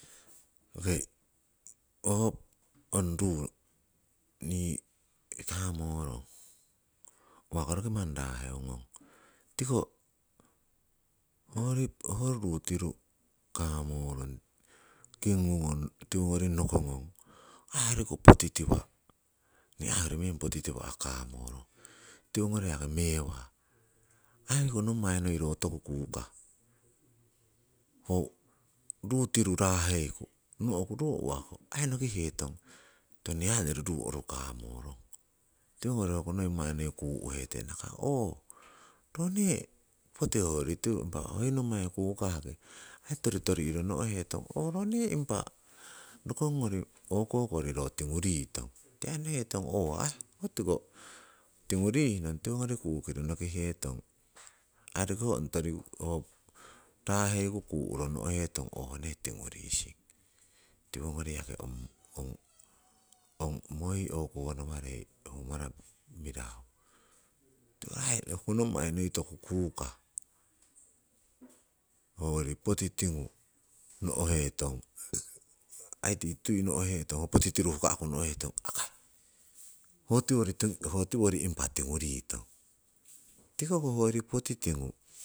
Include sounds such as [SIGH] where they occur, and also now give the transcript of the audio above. Okei ho ong ruu nii kamorong uwako manni roki raa'heungong? Tiko hoyori ho ruu tiru kamorong kingungong, tiwogori nokongong ong aii hoyoriko poti tiwa' nii aii hoyoriko poti tiwa' kamorong, tiwongori yaki mewa. [NOISE] hoyoriko nommai noi ro toku kukah, [NOISE] ho ruu tiru raa'heiku no'ku ro uwako aii nohekitong, tiko aii nii onyori ruu oru kamorong. Tiwongori hoko noi manni kuu'hete nakah ooh ro nee poti onyori, impa oi nommaiki kukahki aii toritoriro no'hetong, ooh ro nee impa rokongori o'kokori ro tingu ritong. Tii aii nokihetong ooh tingu rihnong, tiwongori kukiro nokihetong aii roki ong raa'heiku kuroh noheton oh nii tingu rising. Tiwongori yaki ong [NOISE] moi o'konoworei ho mara mirahu. Tiko aii hoko nommai toku kukah, hoyori poti tingu no'hetong aii oh tui no'hetong, oh poti tiru huka'ku no'hetong akai ho tiwori impa tingu ritong, tiko hoko hoyori poti tingu.